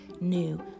new